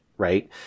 Right